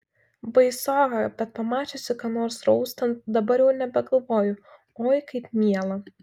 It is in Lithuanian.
baisoka bet pamačiusi ką nors raustant dabar jau nebegalvoju oi kaip miela